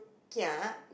kia